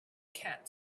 cat